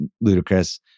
ludicrous